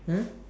mm